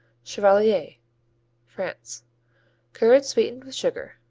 chevalier france curds sweetened with sugar.